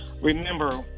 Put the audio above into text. remember